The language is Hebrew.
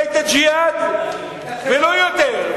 את "הג'יהאד" ולא יותר,